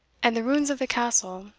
and the ruins of the castle,